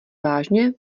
vážně